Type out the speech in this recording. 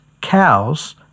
cows